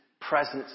presence